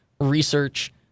research